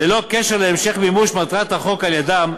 ללא קשר להמשך מימוש מטרת החוק על-ידיהם,